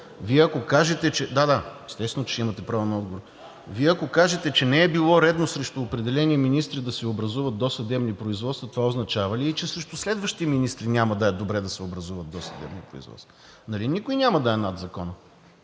Вие, ако кажете, че не е било редно срещу определени министри да се образуват досъдебни производства, това означава ли, че и срещу следващи министри няма да е добре да се образува досъдебно производство. Нали никой няма да е над закона?!